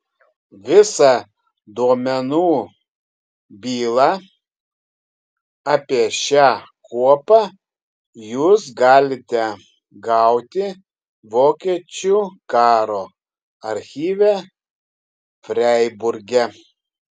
visą duomenų bylą apie šią kuopą jūs galite gauti vokiečių karo archyve freiburge